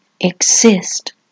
exist